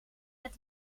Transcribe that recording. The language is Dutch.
het